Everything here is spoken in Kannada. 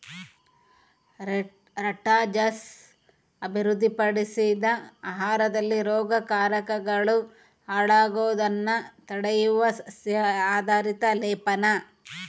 ರಟ್ಜರ್ಸ್ ಅಭಿವೃದ್ಧಿಪಡಿಸಿದ ಆಹಾರದಲ್ಲಿ ರೋಗಕಾರಕಗಳು ಹಾಳಾಗೋದ್ನ ತಡೆಯುವ ಸಸ್ಯ ಆಧಾರಿತ ಲೇಪನ